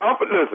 Listen